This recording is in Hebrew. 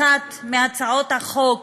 אחת מהצעות החוק